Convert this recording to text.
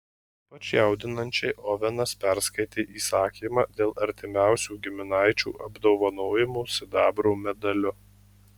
ypač jaudinančiai ovenas perskaitė įsakymą dėl artimiausių giminaičių apdovanojimo sidabro medaliu